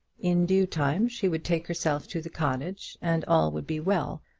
in due time she would take herself to the cottage, and all would be well,